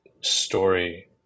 story